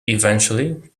eventually